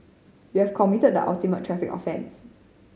you have committed the ultimate traffic offence